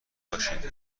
باشید